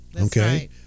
okay